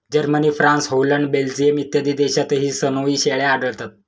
Germany, France, Holland, Belgium इत्यादी देशांतही सनोई शेळ्या आढळतात